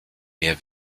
wer